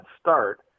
start